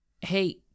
Hey